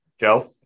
Joe